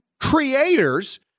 creators